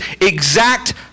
exact